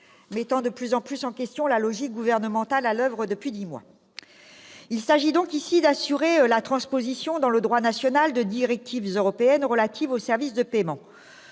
mettant de plus en plus en question la logique gouvernementale à l'oeuvre depuis dix mois. Il s'agit d'assurer la transposition, dans le droit national, de directives européennes relatives aux services de paiement.